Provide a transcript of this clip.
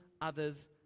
others